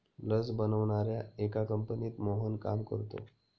लस बनवणाऱ्या एका कंपनीत मोहन काम करतो